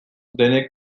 denek